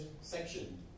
section